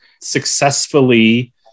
successfully